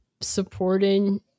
supporting